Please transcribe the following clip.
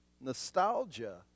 nostalgia